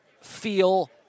feel